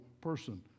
person